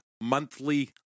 monthly